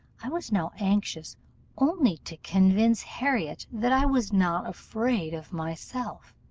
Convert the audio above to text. i was now anxious only to convince harriot that i was not afraid of myself.